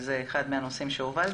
זה אחד הנושאים שהובלת.